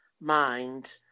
mind